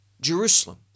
Jerusalem